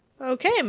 okay